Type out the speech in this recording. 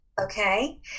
Okay